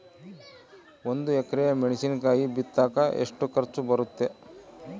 ಒಂದು ಎಕರೆ ಮೆಣಸಿನಕಾಯಿ ಬಿತ್ತಾಕ ಎಷ್ಟು ಖರ್ಚು ಬರುತ್ತೆ?